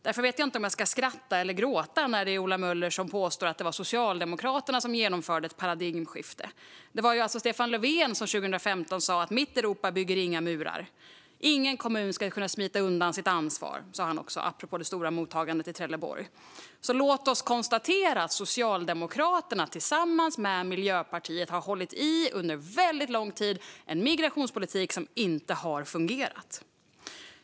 Därför vet jag inte om jag ska skratta eller gråta när Ola Möller påstår att det var Socialdemokraterna som genomförde ett paradigmskifte. Det var ju Stefan Löfven som 2015 sa: Mitt Europa bygger inga murar. Ingen kommun ska kunna smita undan sitt ansvar, sa han också, apropå det stora mottagandet i Trelleborg. Låt oss därför konstatera att Socialdemokraterna tillsammans med Miljöpartiet under väldigt lång tid har hållit i en migrationspolitik som inte har fungerat.